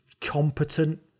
competent